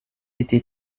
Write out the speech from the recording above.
été